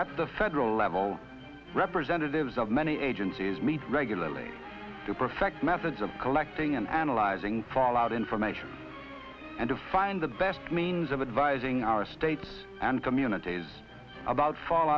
at the federal level representatives of many agencies meet regularly to perfect methods of collecting and analyzing fallout information and to find the best means of advising our state and communities about fall